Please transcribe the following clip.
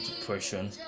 depression